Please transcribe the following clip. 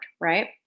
right